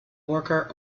worker